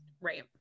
right